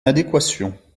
adéquation